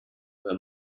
were